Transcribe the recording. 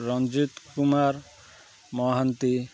Ranjit Kumar Mohanty